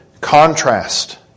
contrast